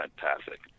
fantastic